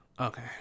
Okay